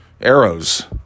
arrows